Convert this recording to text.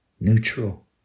neutral